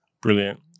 Brilliant